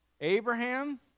Abraham